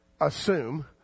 assume